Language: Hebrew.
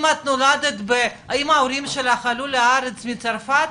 אם ההורים שלך עלו לארץ מצרפת,